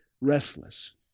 restless